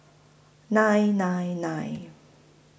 nine nine nine